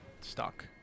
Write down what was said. stuck